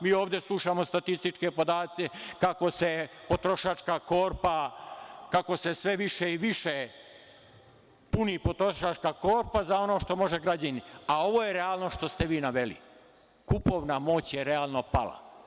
Mi ovde slušamo statističke podatke kako se potrošačka korpa sve više i više puni za ono što može građanin, a ovo je realnost što ste vi naveli, kupovna moć je realno pala.